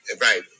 Right